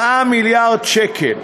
ב-4 מיליארד שקל.